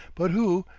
but who,